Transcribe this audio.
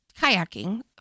kayaking